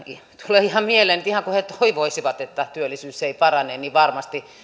tulee ihan mieleen että ihan kuin he toivoisivat että työllisyys ei parane niin että